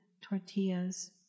tortillas